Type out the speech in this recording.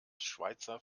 schweizer